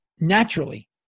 Naturally